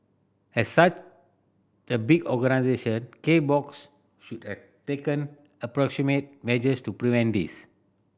as such a big organisation K Box should have taken measures to prevent this